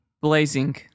blazing